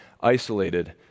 isolated